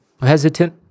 hesitant